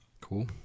Cool